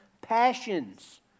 passions